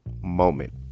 moment